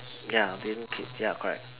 ya didn't keep ya correct